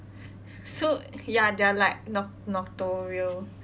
so ya they are like noc~ nocturial